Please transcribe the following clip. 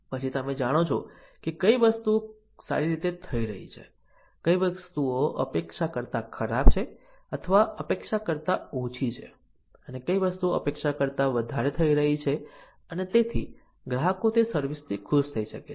પછી તમે જાણો છો કે કઈ વસ્તુઓ સારી રીતે થઈ રહી છે કઈ વસ્તુઓ અપેક્ષા કરતા ખરાબ છે અથવા અપેક્ષા કરતા ઓછી છે અને કઈ વસ્તુઓ અપેક્ષા કરતા વધારે થઈ રહી છે અને તેથી ગ્રાહકો તે સર્વિસ થી ખુશ થઈ શકે છે